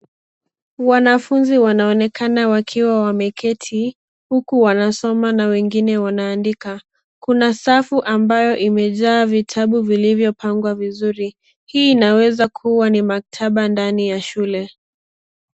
Wanafunzi wanaonekana wakiwa wameketi, huku wanasoma na wengine wanaandika. Kuna safu ambayo imejaa vitabu vilivyopangwa vizuri. Hii inaweza kuwa ni maktaba ndani ya shule.